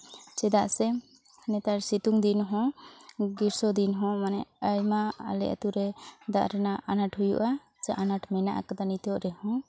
ᱪᱮᱫᱟᱜ ᱥᱮ ᱱᱮᱛᱟᱨ ᱥᱤᱛᱩᱝ ᱫᱤᱱ ᱦᱚᱸ ᱜᱨᱤᱥᱚ ᱫᱤᱱ ᱦᱚᱸ ᱢᱟᱱᱮ ᱟᱭᱢᱟ ᱟᱞᱮ ᱟᱹᱛᱩ ᱨᱮ ᱫᱟᱜ ᱨᱮᱱᱟᱜ ᱟᱱᱟᱴ ᱦᱩᱭᱩᱜᱼᱟ ᱥᱮ ᱟᱱᱟᱴ ᱢᱮᱱᱟᱜ ᱠᱟᱫᱟ ᱱᱤᱛᱳᱜ ᱨᱮᱦᱚᱸ